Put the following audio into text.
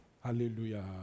Hallelujah